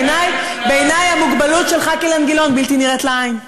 בעיני המוגבלות של חבר הכנסת אילן גילאון בלתי נראית לעין.